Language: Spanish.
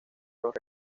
los